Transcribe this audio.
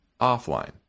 offline